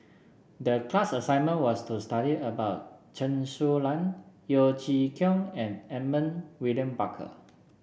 the class assignment was to study about Chen Su Lan Yeo Chee Kiong and Edmund William Barker